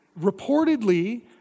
Reportedly